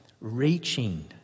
reaching